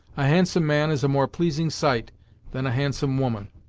a handsome man is a more pleasing sight than a handsome woman.